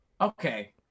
Okay